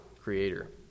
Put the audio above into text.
creator